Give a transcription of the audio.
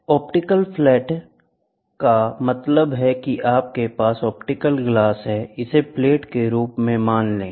यह optical flat है optical flat का मतलब है कि आपके पास ऑप्टिकल ग्लास है इसे प्लेट के रूप में मान लें